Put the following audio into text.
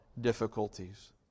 difficulties